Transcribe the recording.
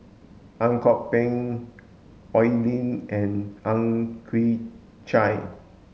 Ang Kok Peng Oi Lin and Ang Chwee Chai